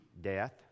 death